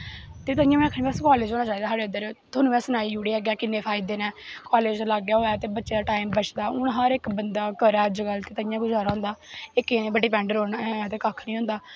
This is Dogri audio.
ते तांइयें में आक्खा करनी कि कालेज होना चाहिदा साढ़े इद्धर तोआनू में सनाई ओड़ेआ किन्ने फायदे न कालेज लाग्गै होऐ ते टाईम बचदा हून हर इक बच्चा करै अजकल्ल ते तांइयैं गुज़ारा होंदा इक जनें पर डिपैंड रौंह्ना होऐ ते कक्ख निं होंदा